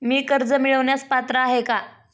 मी कर्ज मिळवण्यास पात्र आहे का?